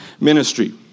ministry